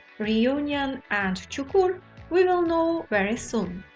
reunion and cukur we will know very soon.